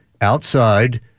outside